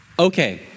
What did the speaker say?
Okay